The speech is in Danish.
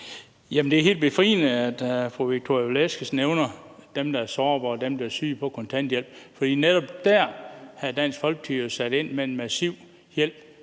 det er helt befriende, at fru Victoria Velasquez nævner dem, der er sårbare, og dem, der er syge, som er på kontanthjælp, for netop dér har Dansk Folkeparti jo sat ind med en massiv hjælp